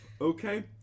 Okay